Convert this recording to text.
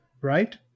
Right